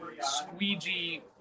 squeegee